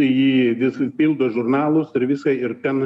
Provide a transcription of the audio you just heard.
jį vis pildo žurnalus ir visą ir ten